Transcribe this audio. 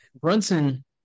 Brunson